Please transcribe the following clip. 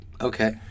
Okay